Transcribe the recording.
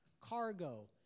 cargo